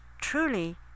truly